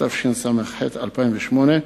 התשס"ח 2008,